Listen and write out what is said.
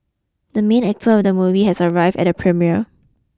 the main actor of the movie has arrived at the premiere